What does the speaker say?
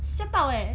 吓到诶